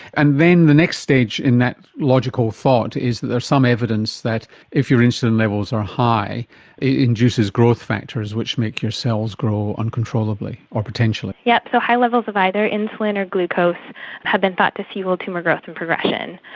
and then the next stage in that logical thought is that there is some evidence that if your insulin levels are high, it induces growth factors which make your cells grow uncontrollably, or potentially. yes, so high levels of either insulin or glucose have been thought to fuel tumour growth and progression.